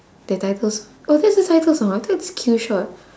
the title song oh that's the title song I thought it's killshot